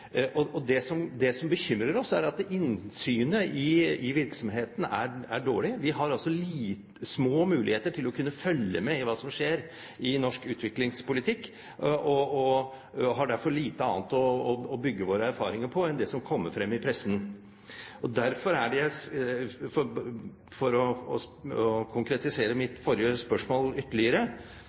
Det som bekymrer oss, er at innsynet i virksomhetene er dårlig. Vi har altså små muligheter til å kunne følge med på hva som skjer i norsk utviklingspolitikk, og har derfor lite annet å bygge våre erfaringer på enn det som kommer frem i pressen. For å konkretisere mitt forrige spørsmål ytterligere: Hvor lenge har man brukt denne måten å